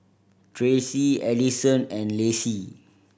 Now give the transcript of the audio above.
Tracie Adison and Lacie